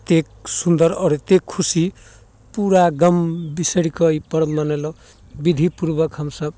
एतेक सुन्दर आओर एतेक खुशी पूरा गम बिसरिकऽ ई पर्व मनेलहुँ विधि पूर्वक हमसभ